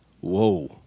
Whoa